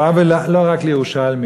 הוא עוול לא רק לירושלמים,